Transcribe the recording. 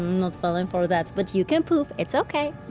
not falling for that, but you can poof. it's okay.